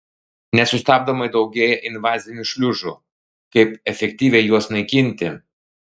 nesustabdomai daugėja invazinių šliužų kaip efektyviai juos naikinti